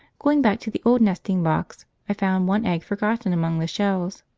going back to the old nesting-box, i found one egg forgotten among the shells.